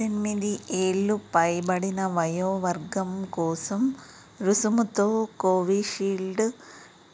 పద్దెనిమిది ఏళ్ళు పైబడిన వయోవర్గం కోసం రుసుముతో కోవీషీల్డ్